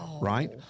right